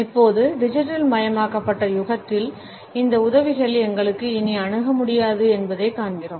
இப்போது டிஜிட்டல் மயமாக்கப்பட்ட யுகத்தில் இந்த உதவிகள் எங்களுக்கு இனி அணுக முடியாது என்பதைக் காண்கிறோம்